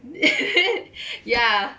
make you dizzy